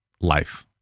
life